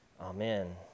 Amen